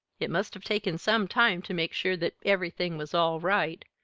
it must have taken some time to make sure that everything was all right,